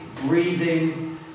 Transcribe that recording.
breathing